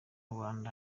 rwanda